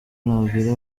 nabwira